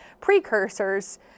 precursors